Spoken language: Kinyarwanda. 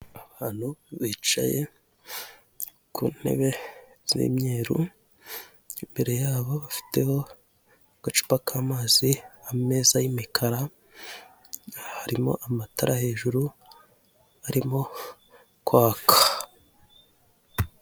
Abantu bicaye ku ntebe z'imyeru, imbere yabo bafite agacupa k'amazi, ameza y'imikara harimo amatara hejuru arimo kwaka.